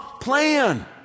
plan